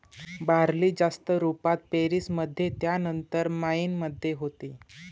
barley जास्त रुपात पेरीस मध्ये त्यानंतर मायेन मध्ये होते